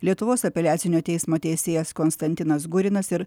lietuvos apeliacinio teismo teisėjas konstantinas gurinas ir